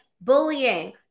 bullying